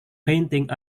painting